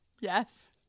Yes